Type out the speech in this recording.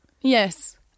Yes